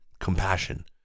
compassion